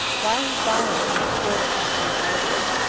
while his violence was abhorred at constantinople,